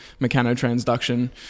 mechanotransduction